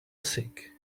sick